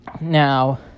Now